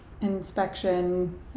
inspection